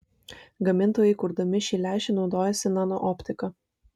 gamintojai kurdami šį lęšį naudojosi nanooptika